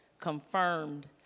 confirmed